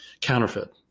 Counterfeit